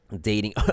dating